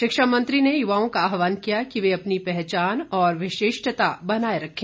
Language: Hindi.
शिक्षा मंत्री ने युवाओं का आहवान किया कि वे अपनी पहचान और विशिष्टता बनाए रखे